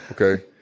Okay